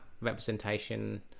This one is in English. representation